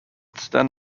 then